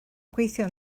gweithio